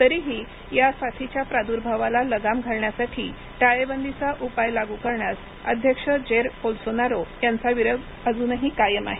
तरीही या साथीच्या प्रादुर्भावाला लगाम घालण्यासाठी टाळेबंदीचा उपाय लागू करण्यास अध्यक्ष जेर बोल्सोनारो यांचा विरोध अजूनही कायम आहे